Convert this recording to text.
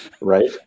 Right